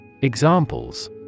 Examples